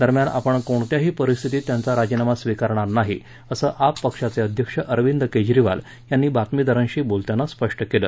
दरम्यान आपण कोणत्याही परिस्थितीत त्यांचा राजीनामा स्विकारणार नाही असं आप पक्षाचे अध्यक्ष अरविद केजरीवाल यांनी बातमीदारांशी बोलताना स्पष्ट केलं